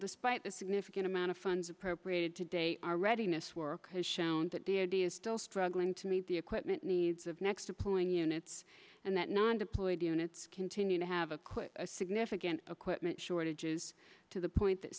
despite the significant amount of funds appropriated to date our readiness work has shown that the idea is still struggling to meet the equipment needs of next to pulling units and that non deployed units continue to have a quick a significant equipment shortages to the point that